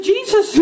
Jesus